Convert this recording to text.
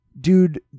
Dude